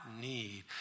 need